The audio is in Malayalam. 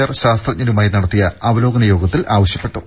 ആർ ശാസ്ത്രജ്ഞരുമായി നടത്തിയ അവലോകന യോഗത്തിൽ ആവശ്യപ്പെട്ടു